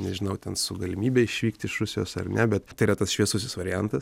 nežinau ten su galimybe išvykt iš rusijos ar ne bet tai yra tas šviesusis variantas